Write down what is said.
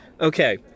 Okay